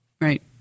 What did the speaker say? right